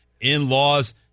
in-laws